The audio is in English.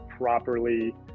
properly